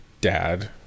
dad